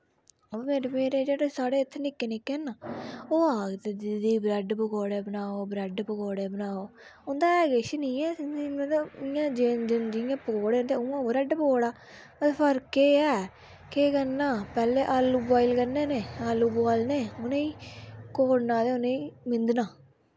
हां वा मेरे मेरे जेह्ड़े साढ़े इत्थै निक्के निक्के न ओह् आक्खगे दीदी ब्रैड पकौड़े बनाओ ब्रैड पकौड़े बनाओ उन्दा है किश निं ऐ मतलव इ'यां जियां पकैड़े न उआं गै ब्रैड पकौड़ा फर्क एह् ऐ केह् करना पैह्लै आलू बोईल करने आलू बोआलने उनेईं कोड़ना ते उने मिंदना